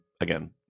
again